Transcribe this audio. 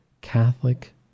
Catholic